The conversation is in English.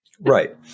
Right